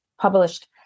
published